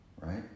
Right